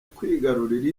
kwigarurira